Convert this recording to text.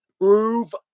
prove